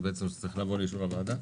שזה צריך לבוא לאישור הוועדה?